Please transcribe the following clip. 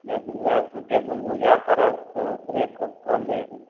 जदि ओहए सुटेबुल बुझाए पड़त तऽ ओकरे कऽ कऽ लेब